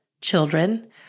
children